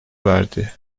verdi